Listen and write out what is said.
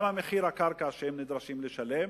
מה מחיר הקרקע שהם נדרשים לשלם.